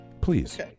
Please